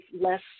less